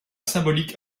symbolique